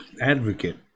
advocate